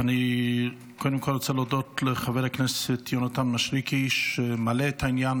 ואני קודם כול רוצה להודות לחבר הכנסת יונתן מישרקי שמעלה את העניין,